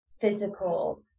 physical